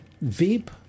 Veep